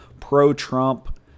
pro-Trump